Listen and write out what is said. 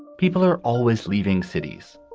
people are always leaving cities.